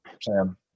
Sam